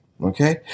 okay